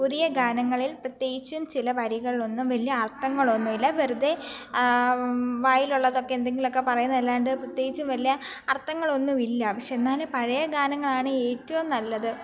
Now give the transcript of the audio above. പുതിയ ഗാനങ്ങളിൽ പ്രത്യേകിച്ചും ചില വരികളിലൊന്നും വല്യ അർത്ഥങ്ങളൊന്നുമില്ല വെറുതെ വായിലുള്ളതൊക്കെ എന്തെങ്കിലുമൊക്കെ പറയുന്നതല്ലാണ്ട് പ്രത്യേകിച്ച് വലിയ അർഥങ്ങളൊന്നുമില്ല പക്ഷെ എന്നാലും പഴയ ഗാനങ്ങളാണ് ഏറ്റവും നല്ലത്